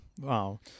Wow